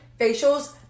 facials